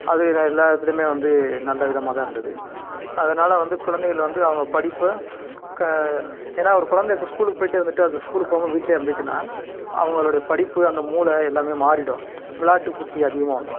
அது எல் எல்லாத்துடையுமே வந்து நல்ல விதமாகதான் இருந்தது அதனால் வந்து குழந்தைகள் வந்து அவங்க படிப்பை க ஏன்னா ஒரு குழந்த இப்போ ஸ்கூலுக்கு போய்ட்டே வந்துட்டு அது ஸ்கூலுக்கு போகாமல் வீட்டிலே இருந்துச்சின்னால் அவங்களோடைய படிப்பு அந்த மூளை எல்லாமே மாறிடும் விளாயாட்டு புத்தி அதிகமாக வந்துடும்